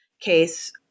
case